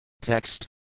Text